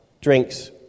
drinks